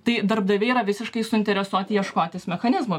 tai darbdaviai yra visiškai suinteresuoti ieškotis mechanizmo